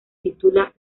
titula